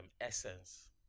essence